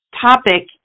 topic